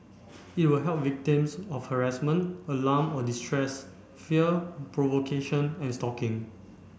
it will help victims of harassment alarm or distress fear provocation and stalking